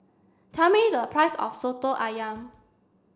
tell me the price of Soto Ayam